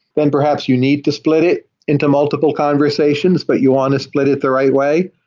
then perhaps you need to split it into multiple conversations. but you want to split it the right way.